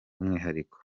umwihariko